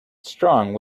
strong